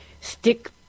stick